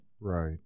Right